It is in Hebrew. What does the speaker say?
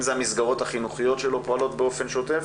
אם זה המסגרות החינוכיות שלא פועלות באופן שוטף